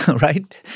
right